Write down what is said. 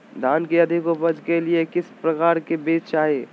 धान की अधिक उपज के लिए किस तरह बीज चाहिए?